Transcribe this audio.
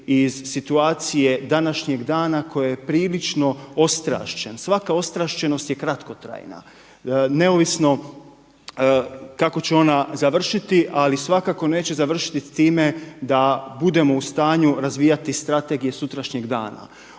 iz situacije današnjeg dana koje je prilično ostrašćen, svaka ostrašćenost je kratkotrajna neovisno kako će ona završiti. Ali svakako neće završiti s time da budemo u stanju razvijati strategije sutrašnjeg dana.